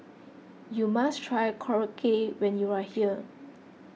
you must try Korokke when you are here